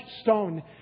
stone